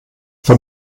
für